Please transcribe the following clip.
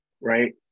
right